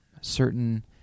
Certain